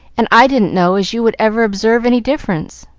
and i didn't know as you would ever observe any difference.